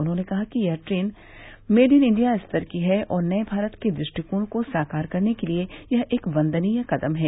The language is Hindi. उन्होंने कहा कि यह ट्रेन मेड इन इण्डिया स्तर की है और नये भारत के दृष्टिकोण को साकार करने के लिए यह एक वन्दनीय कदम है